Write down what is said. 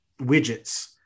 widgets